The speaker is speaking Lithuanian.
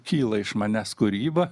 kyla iš manęs kūryba